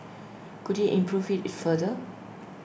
could he improve IT further